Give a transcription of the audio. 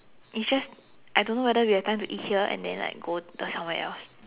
it's just I don't know whether we have time to eat here and then like go the somewhere else